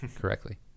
correctly